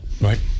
Right